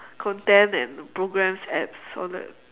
content and programs apps all that